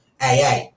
AA